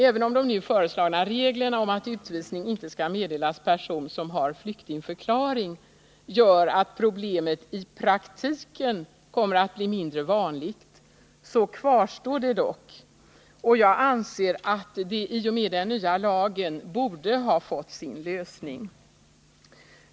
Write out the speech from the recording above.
Även om de nu föreslagna reglerna om att utvisning inte skall meddelas person, som har flyktingförklaring, gör att problemet i praktiken kommer att bli mindre vanligt, så kvarstår det dock. Jag anser att det i och med den nya lagen borde ha fått sin lösning.